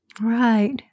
right